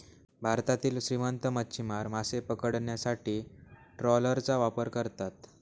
भारतातील श्रीमंत मच्छीमार मासे पकडण्यासाठी ट्रॉलरचा वापर करतात